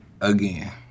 Again